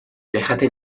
déjate